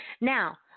Now